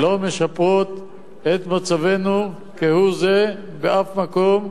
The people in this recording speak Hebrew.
לא משפרת את מצבנו כהוא-זה בשום מקום,